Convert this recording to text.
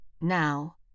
Now